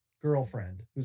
girlfriend